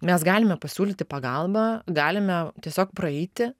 mes galime pasiūlyti pagalbą galime tiesiog praeiti